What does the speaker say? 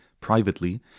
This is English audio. privately